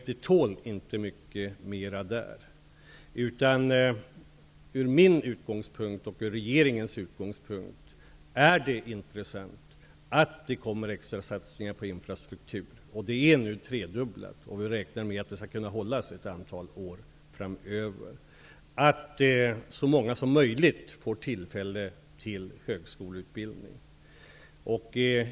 Det tål inte att ha mycket mer där, utan det är från min och regeringens utgångspunkt intressant att det görs extra satsningar på infrastrukturen. Dessa har nu tredubblats, och vi räknar med att de skall kunna hålla ett antal år framöver. Vi vill att så många som möjligt skall få tillfälle till högskoleutbildning.